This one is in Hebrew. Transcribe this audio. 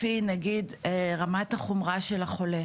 לפי רמת החומרה של החולה